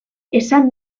esan